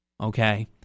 Okay